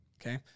Okay